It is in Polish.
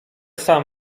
sam